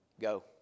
go